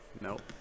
nope